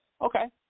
Okay